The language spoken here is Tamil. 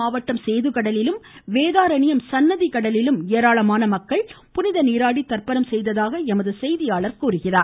மாவட்டத்தில் சேதுக்கடலிலும் வேதாரண்யம் சன்னதிக்கடலிலும் நாகை ஏராளமானோர் புனித நீராடி தர்ப்பணம் செய்ததாக எமது செய்தியாளர் தெரிவிக்கிறார்